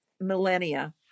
millennia